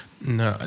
no